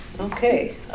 Okay